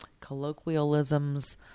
colloquialisms